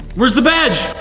where's the badge?